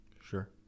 Sure